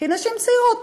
כי נשים צעירות,